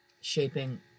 shaping